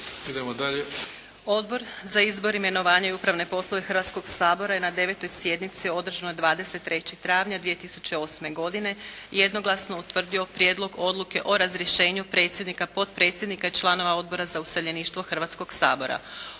Odbor za izbor, imenovanja i upravne poslove Hrvatskog sabora je na 9. sjednici održanoj 23. travnja 2008. godine jednoglasno utvrdio Prijedlog odluke o razrješenju predsjednika, potpredsjednice i članova Odbora za prostorno